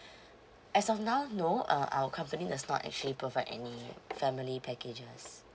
as of now no uh our company does not actually provide any family packages